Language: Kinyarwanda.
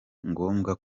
ngombwa